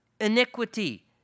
iniquity